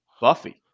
Buffy